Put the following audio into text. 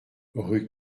rue